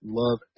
love